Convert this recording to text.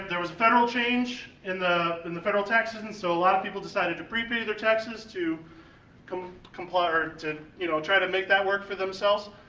there was federal change in the in the federal taxes and so a lot of people decided to prepay their taxes to comply or to, you know, try to make that work for themselves.